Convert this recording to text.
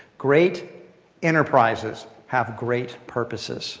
great enterprises have great purposes